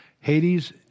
Hades